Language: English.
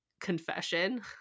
confession